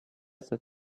desert